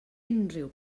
unrhyw